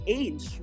age